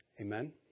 Amen